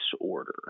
disorder